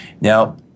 Now